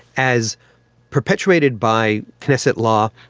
as perpetuated by knesset law,